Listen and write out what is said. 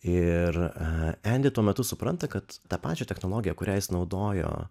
ir endi tuo metu supranta kad tą pačią technologiją kurią jis naudojo